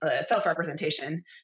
self-representation